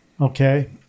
Okay